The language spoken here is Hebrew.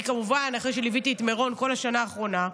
כמובן שאחרי שליוויתי את מירון כל השנה האחרונה,